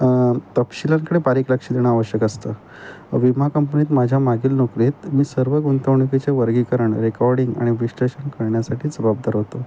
तपशीलंकडे बारीक लक्ष देणं आवश्यक असतं विमा कंपनीत माझ्या मागील नोकरीत मी सर्व गुंतवणुकीचे वर्गीकरण रेकॉर्डिंग आणि विश्लेषण करण्यासाठी जबाबदार होतो